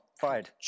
fired